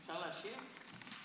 אפשר להשיב?